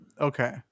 Okay